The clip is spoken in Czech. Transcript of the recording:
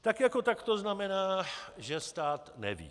Tak jako tak to znamená, že stát neví.